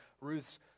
Ruth's